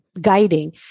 guiding